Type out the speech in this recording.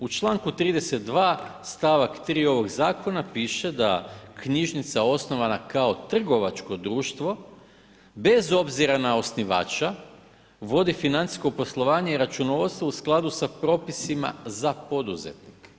U čl. 32., st. 3. ovog Zakona piše da knjižnica osnovana kao trgovačko društvo, bez obzira na osnivača vodi financijsko poslovanje i računovodstvo u skladu sa propisima za poduzetnike.